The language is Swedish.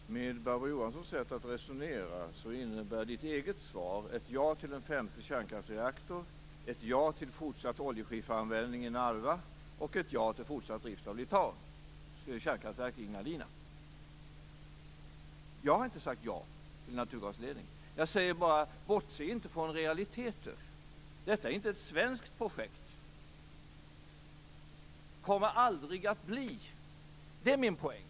Fru talman! Med Barbro Johanssons sätt att resonera innebär hennes eget svar ett ja till en femte kärnkraftsreaktor, ett ja till fortsatt oljeskifferanvändning i Jag har inte sagt ja till en naturgasledning. Jag säger bara: Bortse inte från realiteter! Detta är inte ett svenskt projekt och kommer aldrig att bli det. Det är min poäng.